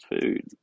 food